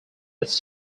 its